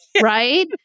right